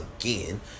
again